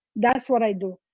that's what i do.